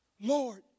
Lord